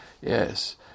yes